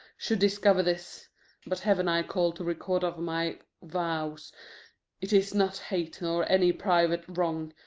should discover this but heaven i call to record of my vows it is not hate nor any private wrong,